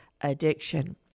addiction